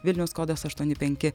vilniaus kodas aštuoni penki